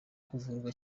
kuvurwa